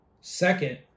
Second